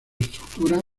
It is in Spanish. estructura